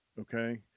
Okay